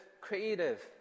creative